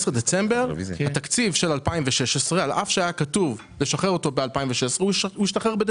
על אף שהיה כתוב לשחרר אותו ב-2016 הוא השתחרר רק